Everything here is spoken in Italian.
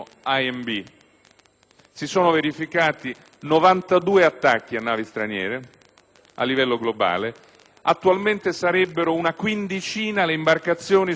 si sono verificati 92 attacchi a navi straniere a livello globale e attualmente sarebbero una quindicina le imbarcazioni sotto sequestro